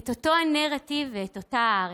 את אותו הנרטיב ואת אותה הארץ.